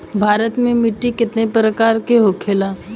भारत में मिट्टी कितने प्रकार का होखे ला?